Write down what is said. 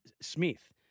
Smith